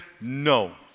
no